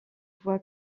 voie